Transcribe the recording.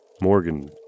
Morgan